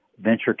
venture